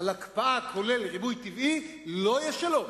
על הקפאה, כולל ריבוי טבעי, לא יהיה שלום,